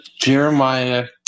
Jeremiah